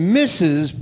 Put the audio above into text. misses